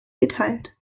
geteilt